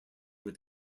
had